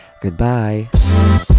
Goodbye